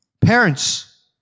Parents